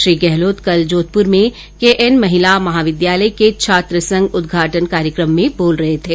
श्री गहलोत कल जोधपुर में K N महिला महाविद्यालय के छात्रसंघ उदघाटन कार्यकम में बोल रहे थे